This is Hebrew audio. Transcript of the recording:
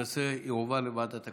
הנושא יועבר לוועדת הכלכלה.